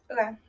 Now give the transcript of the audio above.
Okay